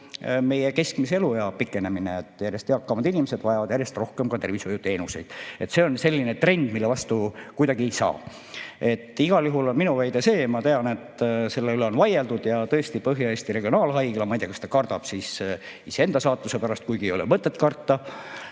meie keskmise eluea pikenemine. Järjest eakamad inimesed vajavad järjest rohkem tervishoiuteenuseid. See on selline trend, mille vastu kuidagi ei saa. Igal juhul on minu väide see – ma tean, et selle üle on vaieldud, ja tõesti Põhja-Eesti Regionaalhaigla, ma ei tea, kas ta kardab iseenda saatuse pärast, kuigi ei ole mõtet karta